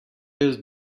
his